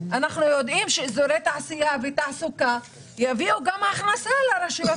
אנחנו יודעים שאזורי תעשייה ותעסוקה יביאו הכנסה לרשויות